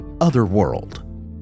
otherworld